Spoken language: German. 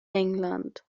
england